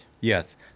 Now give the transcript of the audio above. Yes